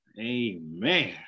Amen